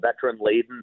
veteran-laden